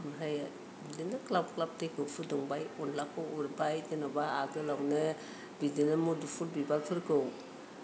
ओमफ्राय बिदिनो ग्लाब ग्लाब दैखौ फुदुंबाय अनलाखौ उरबाय जेनेबा आगोलावनो बिदिनो मुदुफुल बिबारफोरखौ